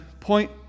point